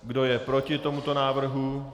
Kdo je proti tomuto návrhu?